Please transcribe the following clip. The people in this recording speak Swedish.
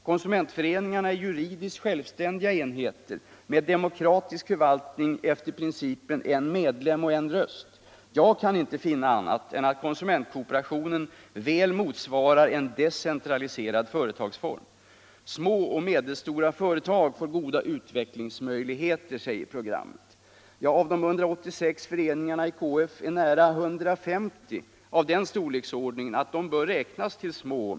Konsumentföreningarna är juridiskt självständiga enheter med demokratisk förvaltning efter principen en medlem — en röst. Jag kan inte finna annat än att konsumentkooperalionen väl motsvarar en decentraliserad företagsform. Små och medelstora företag får goda utvecklingsmöjligheter, säger programmet. Av de 186 föreningarna i KF är nära 150 av den storleksordningen att de bör räknas till små.